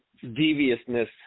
deviousness